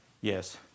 Yes